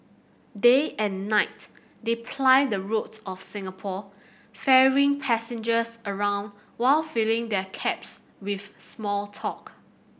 day and night they ply the roads of Singapore ferrying passengers around while filling their cabs with small talk